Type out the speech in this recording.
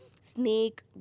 snake